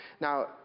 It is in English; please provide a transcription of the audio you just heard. Now